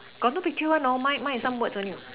got no picture one no mine mine is some words only